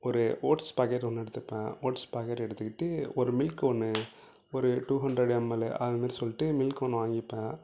ஒரு oats packet ஒன்று எடுத்துப்பேன் ஓட்ஸ் பாக்கெட் எடுத்துக்கிட்டு ஒரு மில்க் ஒன்று ஒரு டூ ஹண்ட்ரட் எம்எல்லு அதை மாதிரி சொல்லிட்டு மில்க் ஒன்று வாங்கிப்பேன்